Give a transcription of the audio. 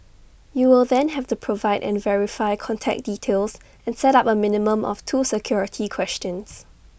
you will then have to provide and verify contact details and set up A minimum of two security questions